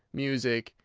music,